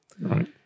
Right